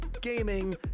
gaming